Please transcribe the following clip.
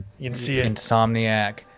Insomniac